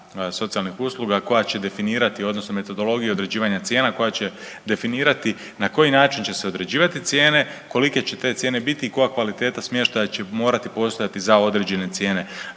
socijalnih usluga koja će definirati, odnosno metodologiju određivanja cijena koja će definirati na koji način će se određivati cijene, kolike će te cijene biti i koja kvaliteta smještaja će morati postojati za određene cijene.